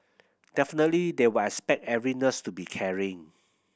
definitely they will expect every nurse to be caring